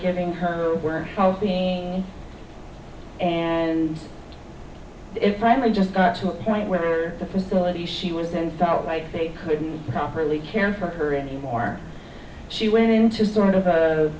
giving her were being and if i may just got to a point where the facility she was insult like they couldn't properly care for her anymore she went into sort of a